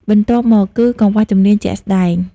បន្ទាប់មកគឺ កង្វះជំនាញជាក់ស្តែង។